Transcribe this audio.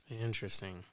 Interesting